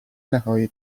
نهایی